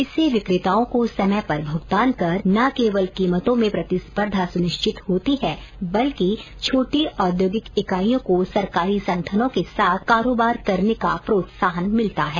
इससे विक्रेताओं को समय पर भूगतान करने कीमत करने की प्रतिस्पर्धा सुनिश्चित होती है और छोटी औद्योगिक इकाइयों को सरकारी संगठनों के साथ कारोबार करने का प्रोत्साहन मिलता है